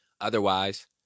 Otherwise